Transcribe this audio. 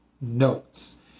notes